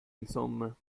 insomma